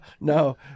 no